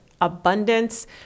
abundance